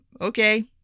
okay